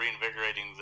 reinvigorating